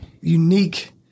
unique